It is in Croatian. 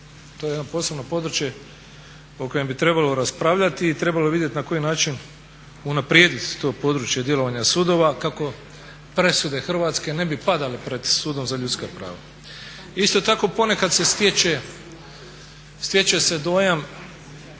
To je jedno posebno područje o kojem bi trebalo raspravljati i trebalo bi vidjeti na koji način unaprijediti to područje djelovanja sudova kako presude Hrvatske ne bi padale pred Sudom za ljudska prava. Isto tako ponekad se stječe dojam